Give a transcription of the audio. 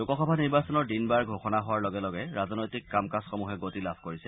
লোকসভা নিৰ্বাচনৰ দিনবাৰ ঘোষণা হোৱাৰ লগে লগে ৰাজনৈতিক কাম কাজসমূহে গতি লাভ কৰিছে